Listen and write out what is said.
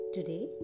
Today